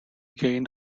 gained